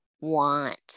want